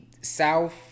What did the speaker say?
South